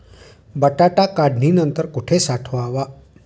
बटाटा काढणी नंतर कुठे साठवावा?